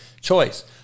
choice